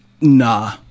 Nah